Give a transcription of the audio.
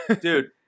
Dude